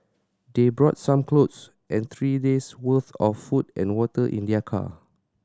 they brought some clothes and three days' worth of food and water in their car